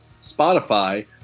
Spotify